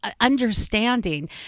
understanding